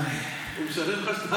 רון, הוא משדר לך,